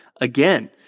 again